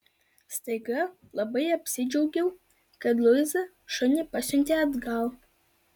staiga labai apsidžiaugiau kad luiza šunį pasiuntė atgal